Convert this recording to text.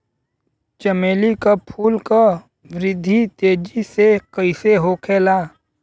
चमेली क फूल क वृद्धि तेजी से कईसे होखेला?